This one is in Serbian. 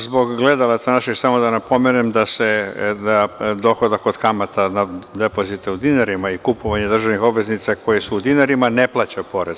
Zbog gledalaca naših samo da napomenem da se na dohodak od kamata na depozite u dinarima i kupovanje državnih obveznica koje su u dinarima ne plaća porez.